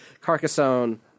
Carcassonne